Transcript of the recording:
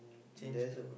there's a